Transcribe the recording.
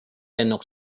lennuk